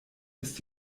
ist